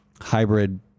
hybrid